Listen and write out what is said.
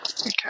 okay